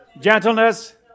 gentleness